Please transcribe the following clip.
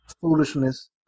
foolishness